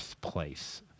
place